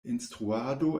instruado